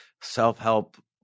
self-help